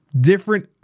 different